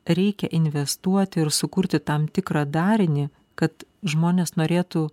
reikia investuoti ir sukurti tam tikrą darinį kad žmonės norėtų